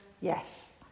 yes